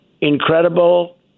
incredible